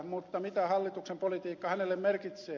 mutta mitä hallituksen politiikka hänelle merkitsee